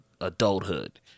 adulthood